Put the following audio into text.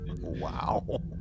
Wow